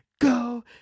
go